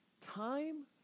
time